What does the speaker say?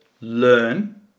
learn